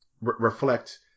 reflect